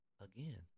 again